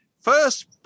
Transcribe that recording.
first